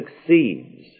succeeds